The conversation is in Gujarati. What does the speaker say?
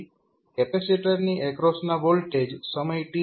કેપેસિટરની એક્રોસના વોલ્ટેજ સમય t 0 પર 0 હોય છે